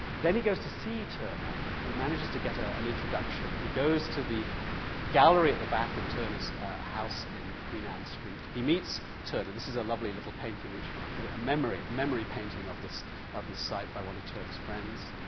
then he goes to see turner. he manages to get ah an introduction. he goes to the gallery at the back of turner's house in queen anne's street, he meets turner. this is a lovely little painting, a ah memory memory painting of this of this site by one of turner's friends.